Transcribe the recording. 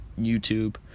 YouTube